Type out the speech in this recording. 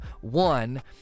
one